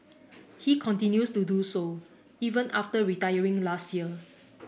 he continues to do so even after retiring last year